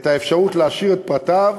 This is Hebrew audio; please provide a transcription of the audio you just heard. את האפשרות להשאיר את פרטיו